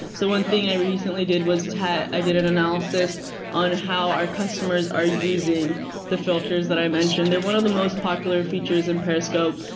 so one thing i recently did was i did an analysis on how our customers are using the filters that i mentioned. they're one of the most popular features in periscope,